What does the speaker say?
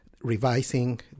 revising